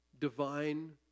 divine